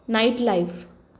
night life